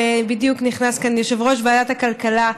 ובדיוק נכנס כאן יושב-ראש ועדת הכלכלה,